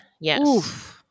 Yes